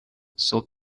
صبح